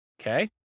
Okay